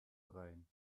rein